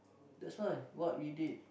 that's why what we did